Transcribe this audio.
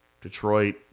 Detroit